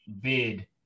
bid